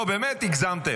לא, באמת הגזמתם.